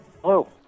Hello